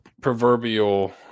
proverbial